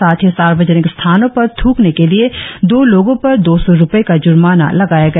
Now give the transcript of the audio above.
साथ ही सार्वजनिक स्थानों पर थ्कने के लिए दो लोगो पर दो सौ रुपए का जुर्माना लगाया गया